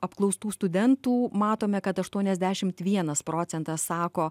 apklaustų studentų matome kad aštuoniasdešimt vienas procentas sako